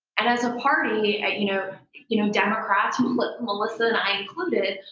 and as a party, ah you know you know democrats, melissa and i included,